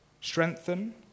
strengthen